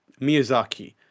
Miyazaki